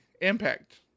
Impact